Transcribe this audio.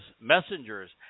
messengers